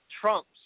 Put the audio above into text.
trumps